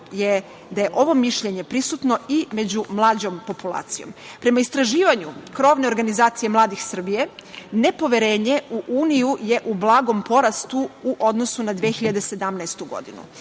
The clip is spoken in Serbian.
je da je ovo mišljenje prisutno i među mlađom populacijom. Prema istraživanju krovne organizacije „Mladih Srbije“, nepoverenje u Uniju je u blagom porastu u odnosu na 2017. godinu.